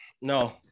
No